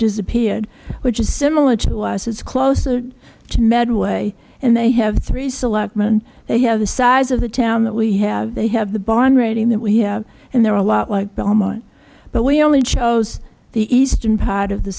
disappeared which is similar to us is closer to medway and they have three selectmen they have the size of the town that we have they have the bond rating that we have and there are a lot like belmont but we only chose the eastern part of the